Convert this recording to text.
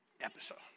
episode